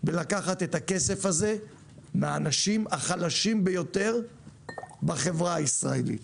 לקחת את הכסף הזה מהאנשים החלשים ביותר בחברה הישראלית.